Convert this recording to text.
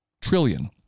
trillion